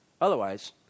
Otherwise